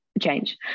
change